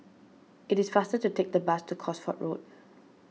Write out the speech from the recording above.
it is faster to take the bus to Cosford Road